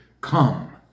come